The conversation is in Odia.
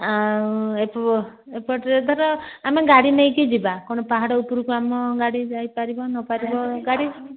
ଆଉ ଏଇଠୁ ଏପଟରୁ ଧର ଆମେ ଗାଡ଼ି ନେଇକି ଯିବା କ'ଣ ପାହାଡ଼ ଉପରକୁ ଆମ ଗାଡ଼ି ଯାଇପାରିବ ନପାରିବ ଗାଡ଼ି